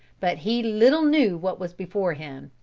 but he little knew what was before him.